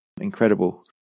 incredible